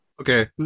Okay